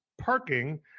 parking